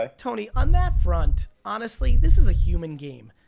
ah tony on that front, honestly this is a human game.